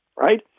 right